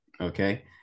Okay